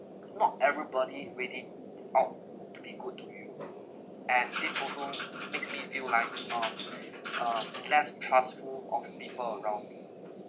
not everybody ready is out to be good to you and this also makes me like um uh be less trustful of people around me